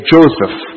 Joseph